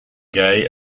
gay